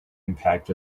impact